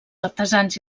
artesans